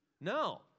No